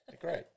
Great